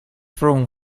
from